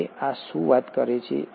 હવે આ શું વાત કરે છે